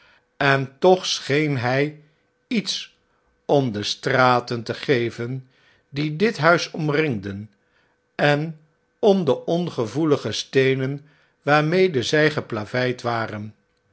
en toch scheen hjj iets om de stratentegeven die dit huis omringden en om de ongevoelige steenen waarmede zij geplaveid waren